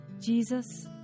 jesus